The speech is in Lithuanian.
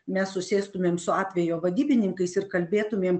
mes susėstumėm su atvejo vadybininkais ir kalbėtumėm